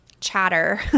chatter